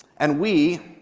and we,